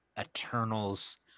Eternals